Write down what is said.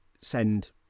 send